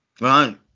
Right